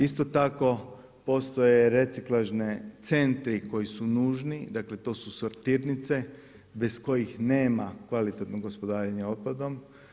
Isto tako postoje reciklažni centri koji su nužni, dakle to su sortirnice bez kojih nema kvalitetno gospodarenje otpadom.